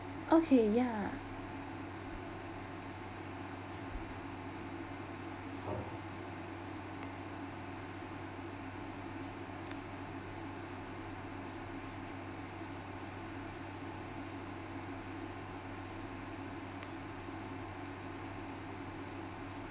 okay yeah